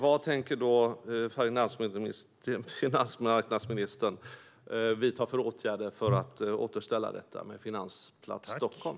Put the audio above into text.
Vad tänker finansmarknadsministern vidta för åtgärder för att återställa detta med Finansplats Stockholm?